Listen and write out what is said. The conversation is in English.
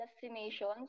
destinations